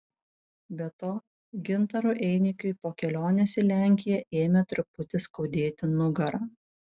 be to gintarui einikiui po kelionės į lenkiją ėmė truputį skaudėti nugarą